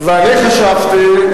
ואני חשבתי,